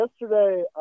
Yesterday